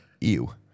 ew